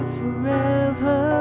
forever